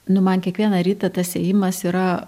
nu man kiekvieną rytą tas ėjimas yra